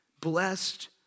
blessed